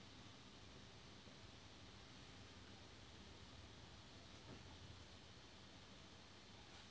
mm mm